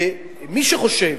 מי שחושב